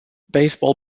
baseball